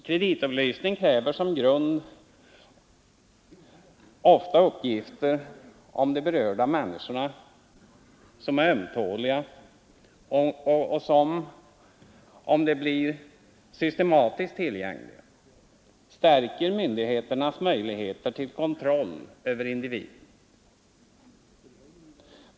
Kreditupplysning kräver som grund ofta uppgifter som är ömtåliga för de berörda människorna och som — om de blir systematiskt tillgängliga — stärker myndigheternas möjligheter till kontroll av individen.